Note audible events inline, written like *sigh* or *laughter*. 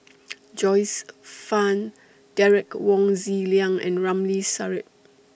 *noise* Joyce fan Derek Wong Zi Liang and Ramli Sarip